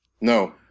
No